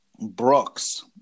Brooks